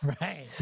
Right